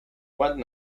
one